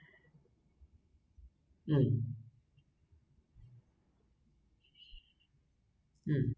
mm mm